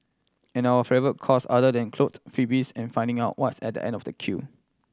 and our favourite cause other than clothes freebies and finding out what's at the end of a queue